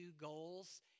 goals